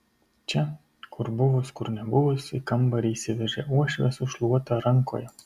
čia kur buvus kur nebuvus į kambarį įsiveržia uošvė su šluota rankoje